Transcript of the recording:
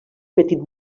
petit